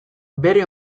bere